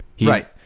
Right